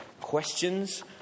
questions